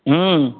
হুম